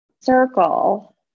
circle